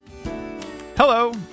Hello